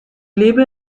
lebe